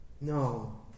No